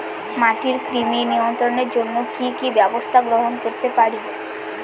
মাটির কৃমি নিয়ন্ত্রণের জন্য কি কি ব্যবস্থা গ্রহণ করতে পারি?